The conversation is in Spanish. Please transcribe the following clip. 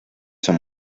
son